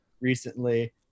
recently